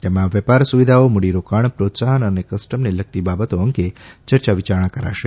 તેમાં વેપાર સુવિધાઓ મૂડીરોકાણ પ્રોત્સાહન અને કસ્ટમને લગતી બાબતો અંગે ચર્ચાવિયારણા કરાશે